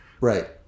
Right